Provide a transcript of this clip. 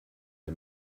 der